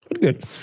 good